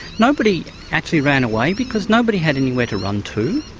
nobody actually ran away because nobody had anywhere to run to.